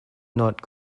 not